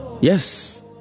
Yes